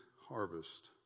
harvest